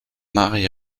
marie